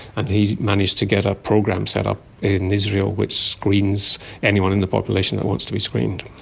and he managed to get a program set up in israel which screens anyone in the population that wants to be screened.